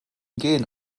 gehen